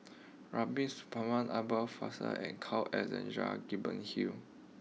Rubiah Suparman father and Carl Alexander Gibson Hill